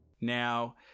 Now